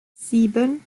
sieben